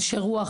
אנשי רוח,